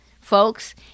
folks